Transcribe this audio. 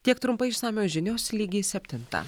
tiek trumpai išsamios žinios lygiai septintą